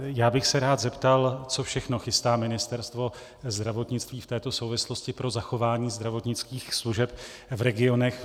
Rád bych se zeptal, co všechno chystá Ministerstvo zdravotnictví v této souvislosti pro zachování zdravotnických služeb v regionech.